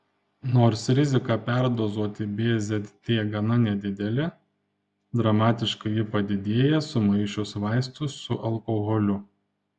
nors rizika perdozuoti bzd gana nedidelė dramatiškai ji padidėja sumaišius vaistus su alkoholiu